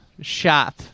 shop